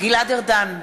גלעד ארדן,